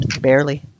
Barely